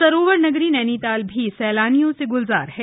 सरोवरनगरी नैनीताल भी सैलानियों से गुलजार है